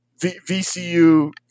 VCU